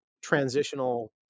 transitional